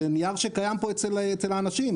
בנייר שקיים פה אצל האנשים,